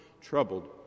troubled